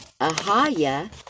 Ahaya